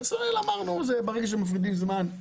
פרסונל, אמרנו, ברגע שמפרידים זמן,